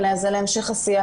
וזה להמשך השיח,